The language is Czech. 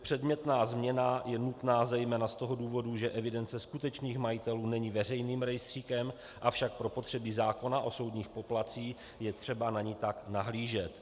Předmětná změna je nutná zejména z toho důvodu, že evidence skutečných majitelů není veřejným rejstříkem, avšak pro potřeby zákona o soudních poplatcích je třeba na ni tak nahlížet.